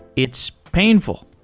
it's painful.